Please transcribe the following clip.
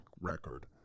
record